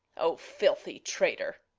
o filthy traitor!